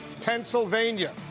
Pennsylvania